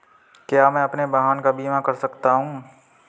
क्या मैं अपने वाहन का बीमा कर सकता हूँ?